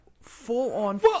full-on